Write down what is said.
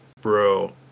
bro